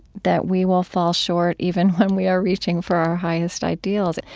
that we will fall short even when we are reaching for our highest ideals.